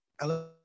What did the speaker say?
Hello